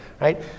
right